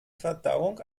verdauung